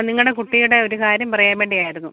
നിങ്ങടെ കുട്ടിയുടെ ഒരു കാര്യം പറയാൻ വേണ്ടിയായിരുന്നു